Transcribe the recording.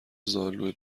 زالوئه